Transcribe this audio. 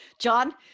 John